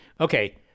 Okay